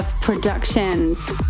productions